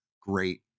Great